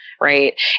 Right